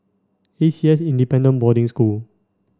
A C S Independent Boarding School